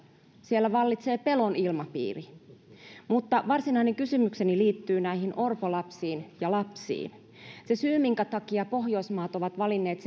siellä vallitsee pelon ilmapiiri mutta varsinainen kysymykseni liittyy näihin orpolapsiin ja lapsiin se syy minkä takia pohjoismaat ovat valinneet